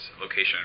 location